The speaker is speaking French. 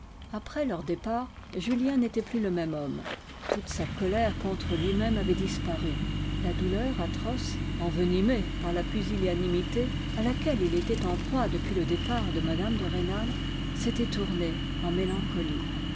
après leur départ julien n'était plus le même homme toute sa colère contre lui-même avait disparu la douleur atroce envenimée par la pusillanimité à laquelle il était en proie depuis le départ de mme de rênal s'était tournée en mélancolie